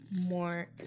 more